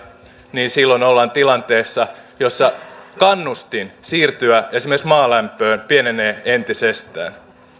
niin silloin ollaan tilanteessa jossa kannustin siirtyä esimerkiksi maalämpöön pienenee entisestään